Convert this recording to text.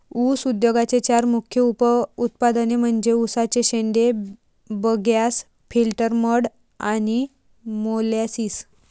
ऊस उद्योगाचे चार मुख्य उप उत्पादने म्हणजे उसाचे शेंडे, बगॅस, फिल्टर मड आणि मोलॅसिस